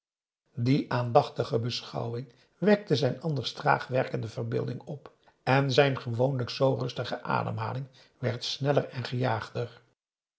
die aandachtige beschouwing wekte zijn anders traag werkende verbeelding op en zijn gewoonlijk zoo rustige ademhaling werd sneller en gejaagder